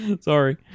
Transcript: Sorry